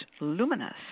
luminous